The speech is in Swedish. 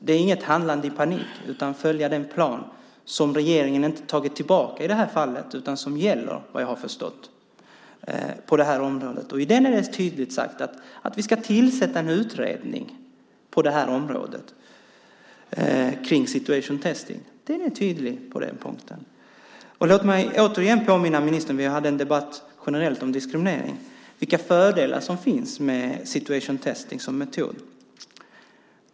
Regeringen har inte tagit tillbaka den, utan vad jag har förstått gäller den på det här området. I den är det tydligt sagt att vi ska tillsätta en utredning kring situation testing . Den är tydlig på den punkten. Låt mig återigen påminna ministern - vi har haft en generell debatt om diskriminering - om vilka fördelar som finns med situation testing som metod.